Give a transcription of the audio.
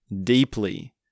deeply